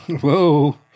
Whoa